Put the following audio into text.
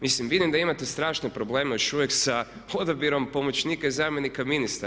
Mislim vidim da imate strašne probleme još uvijek sa odabirom pomoćnika i zamjenika ministra.